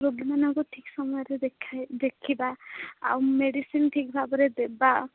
ରୋଗୀମାନଙ୍କୁ ଠିକ ସମୟରେ ଦେଖାଇ ଦେଖିବା ଆଉ ମେଡ଼ିସିନ୍ ଠିକ ଭାବରେ ଦେବା